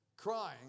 Crying